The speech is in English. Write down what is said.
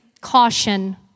caution